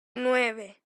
nueve